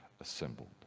assembled